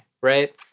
right